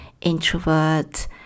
introvert